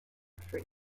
free